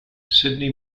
sydney